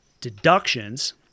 deductions